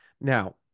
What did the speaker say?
Now